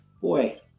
Boy